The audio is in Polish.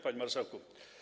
Panie Marszałku!